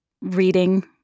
reading